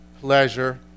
pleasure